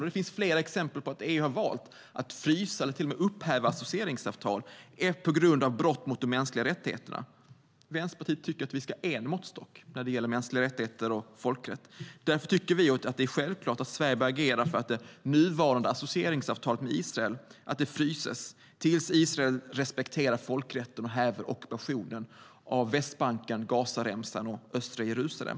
Det finns flera exempel på att EU har valt att frysa eller till och med upphäva associeringsavtal på grund av brott mot de mänskliga rättigheterna. Vänsterpartiet tycker att vi ska ha en måttstock när det gäller mänskliga rättigheter och folkrätt. Därför tycker vi att det är självklart att Sverige bör agera för att det nuvarande associeringsavtalet med Israel fryses till dess Israel respekterar folkrätten och häver ockupationen av Västbanken, Gazaremsan och östra Jerusalem.